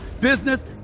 business